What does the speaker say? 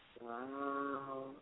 Wow